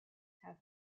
have